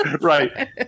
right